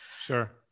Sure